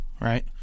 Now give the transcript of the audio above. Right